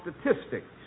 statistics